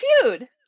feud